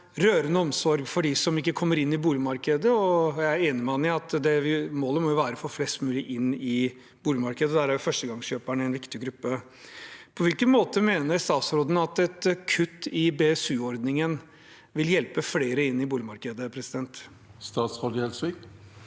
rørende omsorg for dem som ikke kommer inn i boligmarkedet. Jeg er enig med ham i at målet må være å få flest mulig inn i boligmarkedet, og der er førstegangskjøperne en viktig gruppe. På hvilken måte mener statsråden at et kutt i BSU-ordningen vil hjelpe flere inn i boligmarkedet? Statsråd Sigbjørn